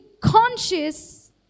conscious